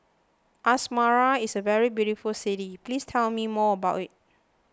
Asmara is a very beautiful city please tell me more about it